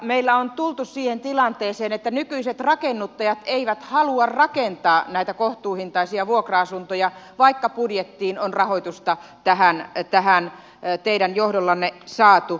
meillä on tultu siihen tilanteeseen että nykyiset rakennuttajat eivät halua rakentaa näitä kohtuuhintaisia vuokra asuntoja vaikka budjettiin on rahoitusta tähän teidän johdollanne saatu